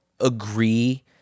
agree